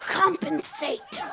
compensate